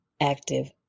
active